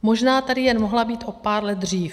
Možná tady jen mohla být o pár let dřív.